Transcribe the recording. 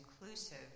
inclusive